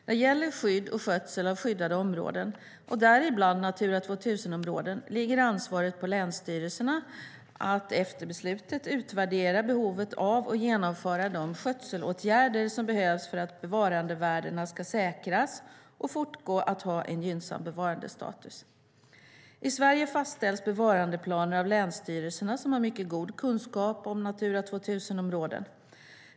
När det gäller skydd och skötsel av skyddade områden, däribland Natura 2000-områden, ligger ansvaret på länsstyrelserna att efter beslut utvärdera behovet av och genomföra de skötselåtgärder som behöver göras för att bevarandevärdena ska säkras och fortsätta ha en gynnsam bevarandestatus. I Sverige fastställs bevarandeplaner av länsstyrelserna, som har mycket god kunskap om Natura 2000-områdena.